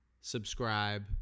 subscribe